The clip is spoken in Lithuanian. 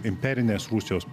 imperinės rusijos